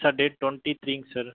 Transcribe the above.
sir date twenty த்ரீங்க sir